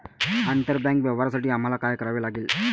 आंतरबँक व्यवहारांसाठी आम्हाला काय करावे लागेल?